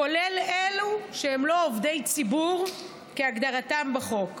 כולל אלו שהם לא עובדי ציבור כהגדרתם בחוק.